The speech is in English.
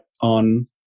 on